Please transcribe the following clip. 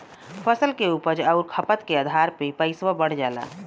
फसल के उपज आउर खपत के आधार पे पइसवा बढ़ जाला